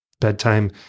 bedtime